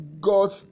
God